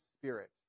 spirit